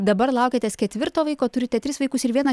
dabar laukiatės ketvirto vaiko turite tris vaikus ir viena